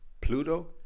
Pluto